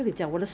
oh